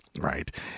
right